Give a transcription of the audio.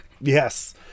Yes